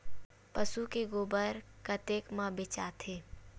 पशु के गोबर कतेक म बेचाथे?